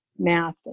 math